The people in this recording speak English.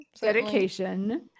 Dedication